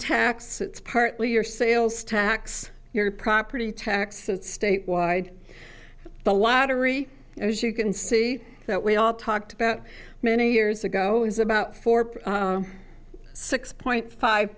tax it's partly your sales tax your property tax and state wide the latter ie as you can see that we all talked about many years ago is about four six point five